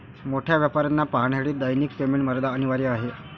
मोठ्या व्यापाऱ्यांना पाहण्यासाठी दैनिक पेमेंट मर्यादा अनिवार्य आहे